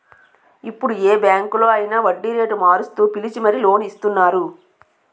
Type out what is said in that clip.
ఇప్పుడు ఏ బాంకులో అయినా వడ్డీరేటు మారుస్తూ పిలిచి మరీ లోన్ ఇస్తున్నారు